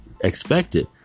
expected